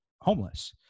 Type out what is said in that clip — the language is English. homeless